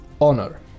honor